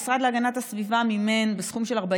המשרד להגנת הסביבה מימן בסכום של 40